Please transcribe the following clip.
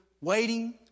waiting